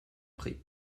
prie